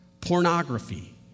pornography